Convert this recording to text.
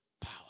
Power